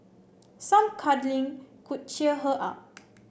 some cuddling could cheer her up